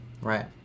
Right